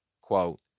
Quote